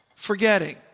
Forgetting